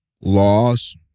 laws